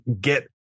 get